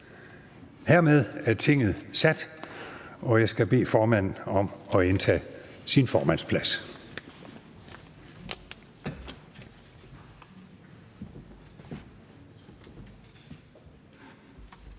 Hermed er Tinget sat, og jeg skal bede formanden om at indtage sin formandsplads.